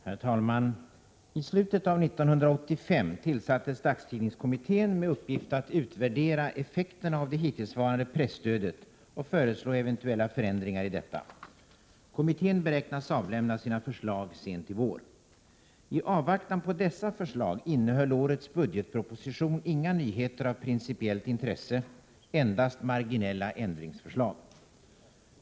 Herr talman! I slutet av 1985 tillsattes dagstidningskommittén med uppgift att utvärdera effekterna av det hittillsvarande presstödet och föreslå eventuella förändringar i detta. Kommittén beräknas avlämna sina förslag sent i vår. I avvaktan på dessa förslag innehöll årets budgetproposition inga nyheter av principiellt intresse, endast marginella ändringsförslag.